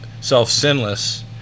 self-sinless